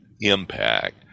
impact